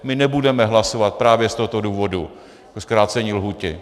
My nebudeme hlasovat právě z tohoto důvodu pro zkrácení lhůty.